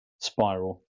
spiral